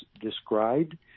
described